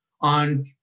on